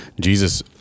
Jesus